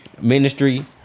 Ministry